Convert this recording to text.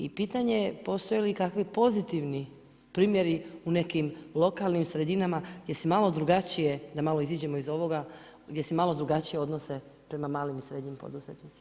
I pitanje je postoje li kakvi pozitivni primjeri u nekim lokalnim sredinama, gdje se malo drugačije da malo iziđemo iz ovoga, gdje se malo drugačije odnose prema malim i srednjim poduzetnicima.